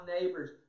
neighbors